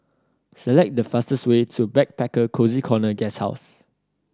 select the fastest way to Backpacker Cozy Corner Guesthouse